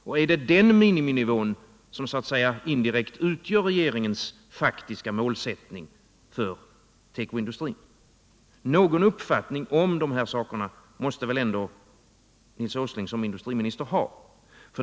Och är det den miniminivån som så att säga utgör regeringens faktiska målsättning för tekoindustrin? Någon uppfattning om detta måste väl ändå Nils Åsling som industriminister ha.